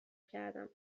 کردم